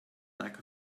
back